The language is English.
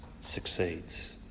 succeeds